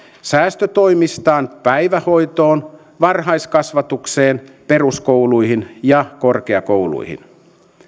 säästötoimistaan päivähoitoon varhaiskasvatukseen peruskouluihin ja korkeakouluihin